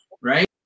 right